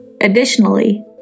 Additionally